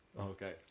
okay